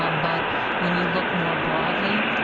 um but when you look more broadly,